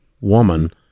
woman